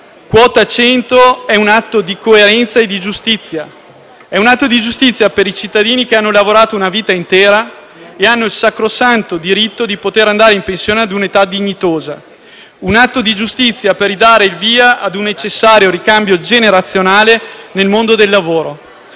Quota 100 è un atto di coerenza e di giustizia. È un atto di giustizia per i cittadini che hanno lavorato una vita intera e hanno il sacrosanto diritto di poter andare in pensione ad un'età dignitosa. È un atto di giustizia per dare il via ad un necessario ricambio generazionale nel mondo del lavoro